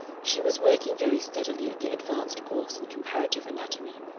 she was working very steadily at the advanced course in comparative anatomy,